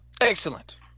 Excellent